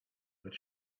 but